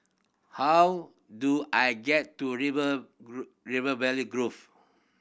how do I get to River River Valley Grove